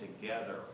together